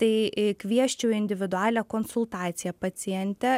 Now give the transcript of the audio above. tai kviesčiau į individualią konsultaciją pacientę